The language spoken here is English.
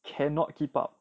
cannot keep up